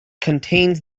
contains